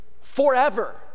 forever